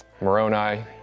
Moroni